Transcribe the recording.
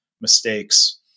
mistakes